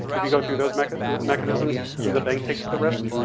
if you go through those mechanisms mechanisms then the bank takes the risk.